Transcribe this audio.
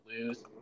lose